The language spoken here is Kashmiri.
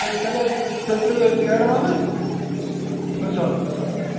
تہٕ تیٚلہِ حظ تہٕ تیٚلہِ ترٛٲوِو تُہۍ ایٚڈوانٕس بہٕ سوزٕ بہٕ سوزٕ